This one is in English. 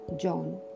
John